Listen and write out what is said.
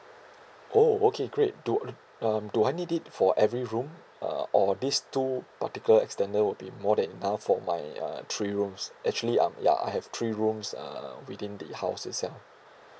oh okay great do um do I need it for every room uh or this two particular extender would be more than enough for my uh three rooms actually um ya I have three rooms uh within the house itself